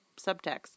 Subtext